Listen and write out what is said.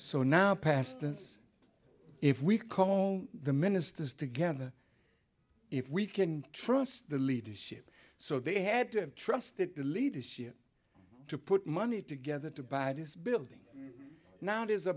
so now pastors if we call the ministers together if we can trust the leadership so they had to trust that the leadership to put money together to buy this building now